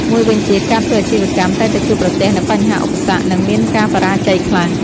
មួយវិញទៀត ការធ្វើអាជីវកម្មតែងតែជួបប្រទះនូវបញ្ហា ឧបសគ្គ និងមានការបរាជ័យខ្លះ។